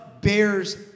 bears